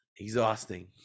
Exhausting